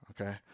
okay